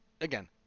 Again